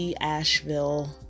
Asheville